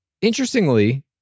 Interestingly